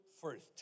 first